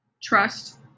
Trust